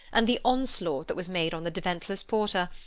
and the onslaught that was made on the defenceless porter!